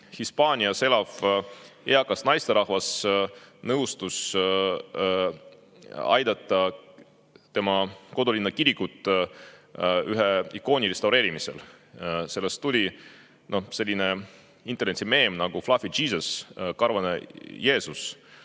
Hispaanias elav eakas naisterahvas nõustus aitama oma kodulinna kirikut ühe ikooni restaureerimisel. Sellest tuli ka selline internetimeem nagufluffy Jesus, karvane Jeesus.